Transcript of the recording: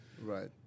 Right